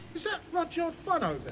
so rudyard funn um